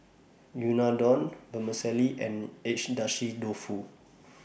Unadon Vermicelli and Agedashi Dofu